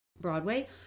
Broadway